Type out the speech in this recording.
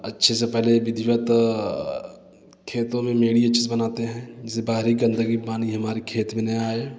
अच्छे से पहले विधिवत खेतों में मेरिएचस बनाते हैं जिससे बाहरी गंदगी पानी हमारे खेत में न आए